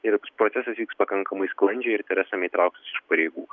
ir procesas vyks pakankamai sklandžiai ir teresa mei trauksis iš pareigų